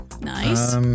Nice